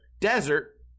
desert